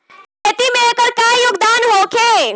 खेती में एकर का योगदान होखे?